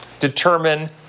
determine